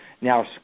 now